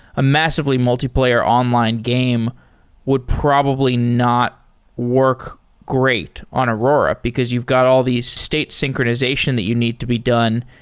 a massively multiplayer online game would probably not work great on aurora, because you've got all these state synchronization that you need to be done.